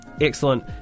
excellent